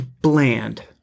Bland